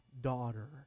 daughter